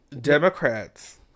Democrats